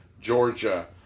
Georgia